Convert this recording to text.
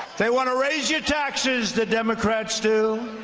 they want to raise your taxes, the democrats do.